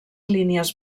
línies